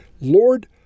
Lord